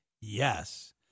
Yes